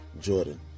Jordan